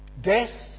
Death